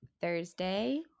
Thursday